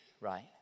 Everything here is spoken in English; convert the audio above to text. right